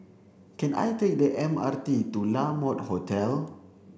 can I take the M R T to La Mode Hotel